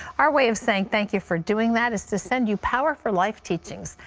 our way of saying thank you for doing that is to send you power for life teachings.